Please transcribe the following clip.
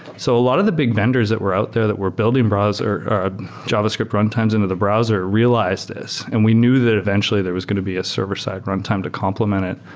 so a lot of the big vendors that were out there that were building browser, or javascript runtimes into the browser realized this and we knew that eventually, there was going to be a server-side runtime to complement it.